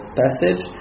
passage